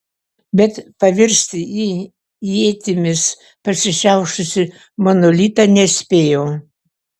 bet pavirsti į ietimis pasišiaušusį monolitą nespėjo